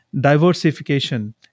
diversification